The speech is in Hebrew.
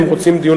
אם הם רוצים דיון,